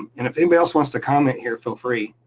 and if anybody else wants to comment here, feel free.